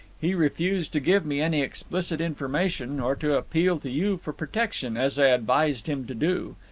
he refused to give me any explicit information, or to appeal to you for protection, as i advised him to do.